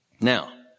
Now